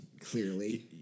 Clearly